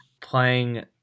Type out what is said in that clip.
playing